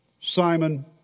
Simon